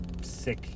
Sick